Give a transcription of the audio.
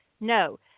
No